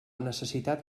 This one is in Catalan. necessitat